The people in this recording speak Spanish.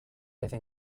desde